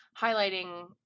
highlighting